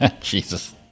Jesus